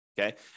Okay